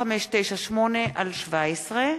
פ/3598/17.